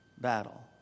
battle